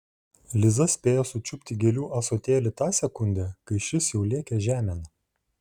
liza spėjo sučiupti gėlių ąsotėlį tą sekundę kai šis jau lėkė žemėn